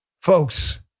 Folks